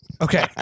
Okay